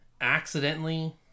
accidentally